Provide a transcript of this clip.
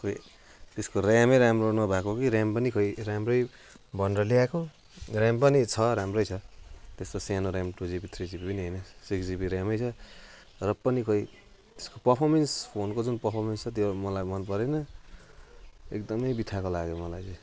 खोइ त्यसको ऱ्यामै राम्रो नभएको हो कि ऱ्याम पनि खोइ राम्रै भनेर ल्याएको ऱ्याम पनि छ राम्रै छ त्यस्तो सानो RAM two GB three GB पनि हैन सिक्स जिबी ऱ्यामै छ र पनि खोइ त्यसको पर्फर्मेन्स फोनको जुन पर्फर्मेन्स छ त्यो मलाई मन परेन एकदमै बित्थाको लाग्यो मलाई चाहिँ